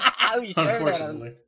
Unfortunately